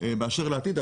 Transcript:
באשר לעתיד,